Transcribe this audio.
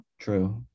True